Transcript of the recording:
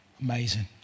Amazing